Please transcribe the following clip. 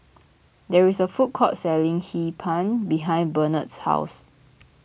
there is a food court selling Hee Pan behind Barnett's house